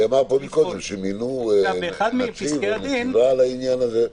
נאמר פה קודם שמינו נציב או נציבה לעניין הזה.